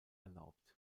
erlaubt